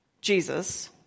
Jesus